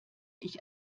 ich